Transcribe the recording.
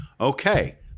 okay